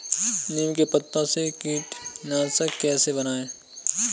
नीम के पत्तों से कीटनाशक कैसे बनाएँ?